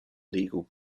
legal